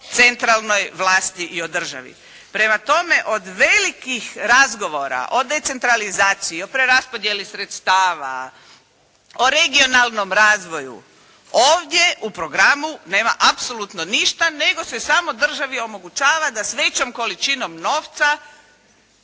centralnoj vlasti i o državi. Prema tome, od velikih razgovora o decentralizaciji, o preraspodjeli sredstava, o regionalnom razvoju, ovdje u programu nema apsolutno ništa, nego se samo državi omogućava da s većom količinom novca